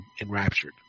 enraptured